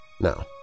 No